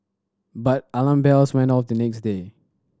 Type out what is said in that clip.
but alarm bells went off the next day